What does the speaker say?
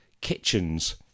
kitchens